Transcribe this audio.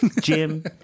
Jim